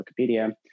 Wikipedia